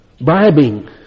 bribing